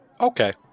okay